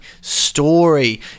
story